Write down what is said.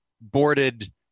boarded